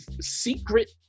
secret